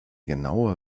genaue